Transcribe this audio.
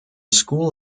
school